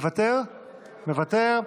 מוותר,